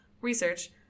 research